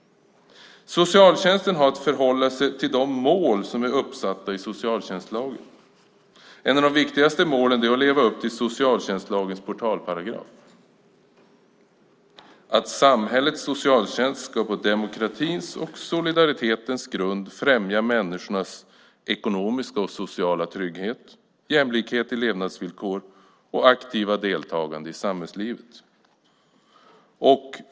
Socialtjänsten har att förhålla sig till de mål som är uppsatta i socialtjänstlagen. Ett av de viktigaste målen är att leva upp till socialtjänstlagens portalparagraf, att samhällets socialtjänst på demokratins och solidaritetens grund ska främja människornas ekonomiska och sociala trygghet, jämlikhet i levnadsvillkor och aktiva deltagande i samhällslivet.